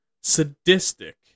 sadistic